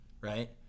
Right